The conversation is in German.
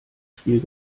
spiel